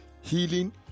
healing